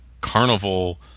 carnival